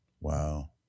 Wow